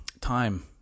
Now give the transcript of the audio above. time